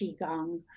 Qigong